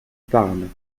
parles